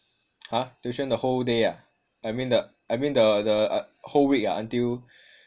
!huh! tuition the whole day ah I mean the I mean the the whole week ah until